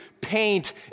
paint